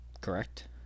Correct